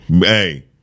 Hey